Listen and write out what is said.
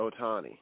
Otani